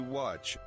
watch